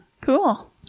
Cool